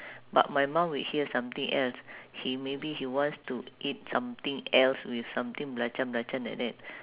but my mum would hear something else he maybe he wants to eat something else with something belacan belacan like that